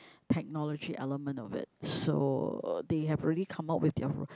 technology element of it so they have already come out with their